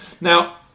Now